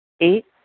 Eight